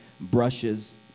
brushes